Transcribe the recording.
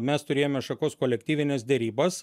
mes turėjome šakos kolektyvines derybas